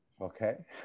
Okay